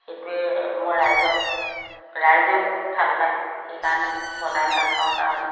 সেইটোৱে মই ৰাইজক ৰাইজেও মোক ভাল পায় সেইকাৰণে বনাই ভাল পাওঁ কাৰণে